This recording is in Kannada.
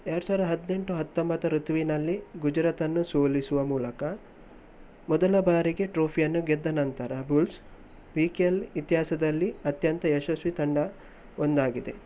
ಎರಡು ಸಾವಿರ ಹದಿನೆಂಟು ಹತ್ತೊಂಬತ್ತು ಋತುವಿನಲ್ಲಿ ಗುಜರಾತನ್ನು ಸೋಲಿಸುವ ಮೂಲಕ ಮೊದಲ ಬಾರಿಗೆ ಟ್ರೋಫಿಯನ್ನು ಗೆದ್ದ ನಂತರ ಬುಲ್ಸ್ ಪಿ ಕೆ ಎಲ್ ಇತಿಹಾಸದಲ್ಲಿ ಅತ್ಯಂತ ಯಶಸ್ವಿ ತಂಡ ಒಂದಾಗಿದೆ